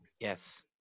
yes